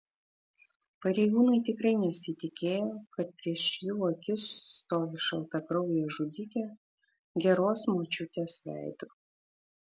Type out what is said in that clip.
pareigūnai tikrai nesitikėjo kad prieš jų akis stovi šaltakraujė žudikė geros močiutės veidu